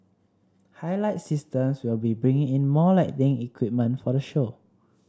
Highlight Systems will be bringing in more lighting equipment for the show